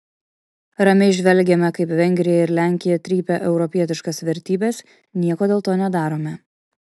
ramiai žvelgiame kaip vengrija ir lenkija trypia europietiškas vertybes nieko dėl to nedarome